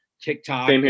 TikTok